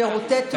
שירותי תעופה.